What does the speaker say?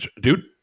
Dude